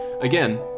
Again